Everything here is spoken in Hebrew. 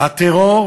הטרור